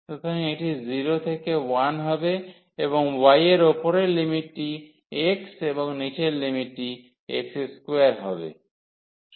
সুতরাং এটি 0 থেকে 1 হবে এবং y এর উপরের লিমিটটি x এবং নিচের লিমিটটি x2 হবে